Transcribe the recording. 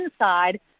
inside